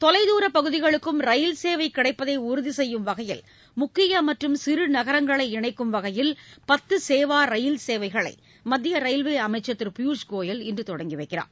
தொலைதூரப் பகுதிகளுக்கும் ரயில்சேவை கிடைப்பதை உறுதி செய்யும் வகையில் முக்கிய மற்றும் சிறு நகரங்களை இணைக்கும் வகையில் பத்து சேவா ரயில் சேவைகளை மத்திய ரயில்வே அமைச்ச் திரு பியூஷ் கோயல் இன்று தொடங்கி வைக்கிறார்